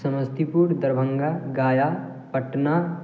Samastipur Darbhanga Gaya Patna